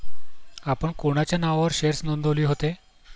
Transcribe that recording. आपण कोणाच्या नावावर शेअर्स नोंदविले होते?